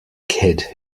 kid